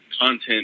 content